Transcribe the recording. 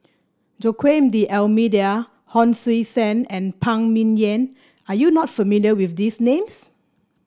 Joaquim D'Almeida Hon Sui Sen and Phan Ming Yen are you not familiar with these names